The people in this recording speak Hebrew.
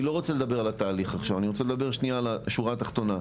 אני לא רוצה לדבר על התהליך אלא על השורה התחתונה.